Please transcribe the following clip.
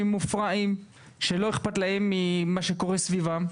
מופרעים שלא אכפת להם ממה שקורה סביבם,